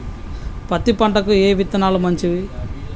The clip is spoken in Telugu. పత్తి పంటకి ఏ విత్తనాలు మంచివి?